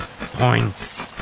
points